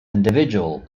individual